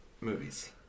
movies